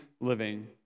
living